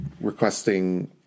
requesting